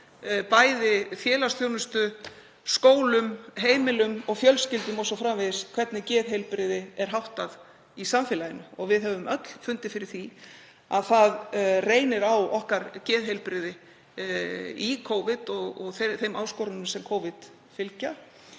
bæði félagsþjónustu, skólum, heimilum og fjölskyldum o.s.frv., hvernig geðheilbrigði er háttað í samfélaginu. Við höfum öll fundið fyrir því að það reynir á geðheilbrigði okkar í Covid og þeim áskorunum sem Covid fylgja